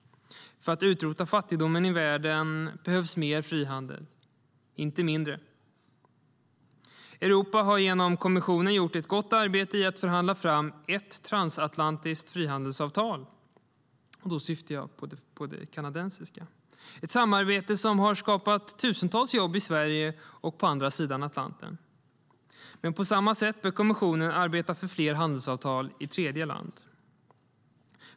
För att utrota fattigdomen i världen behövs mer frihandel, inte mindre. Europa har genom kommissionen gjort ett gott arbete i att förhandla fram ett transatlantiskt frihandelsavtal. Då syftar jag på det kanadensiska. Det är ett samarbete som skapat tusentals jobb i Sverige och på andra sidan Atlanten. Men på samma sätt bör kommissionen arbeta för fler handelsavtal med tredjeland.